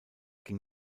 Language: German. ging